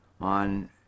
on